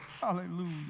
Hallelujah